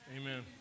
Amen